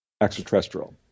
extraterrestrial